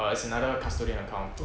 err it's another custodian account